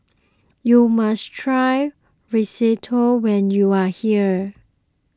you must try Risotto when you are here